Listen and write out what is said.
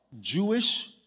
Jewish